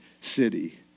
city